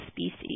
species